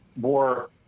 more